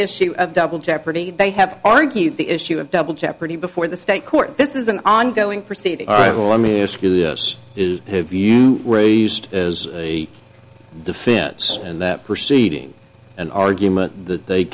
issue of double jeopardy they have argued the issue of double jeopardy before the state court this is an ongoing proceed all right well let me ask you this is have you raised as a defense and that proceeding an argument the they